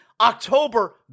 October